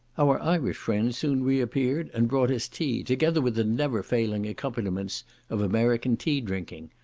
our irish friend soon reappeared, and brought us tea, together with the never failing accompaniments of american tea drinking,